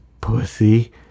pussy